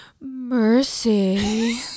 Mercy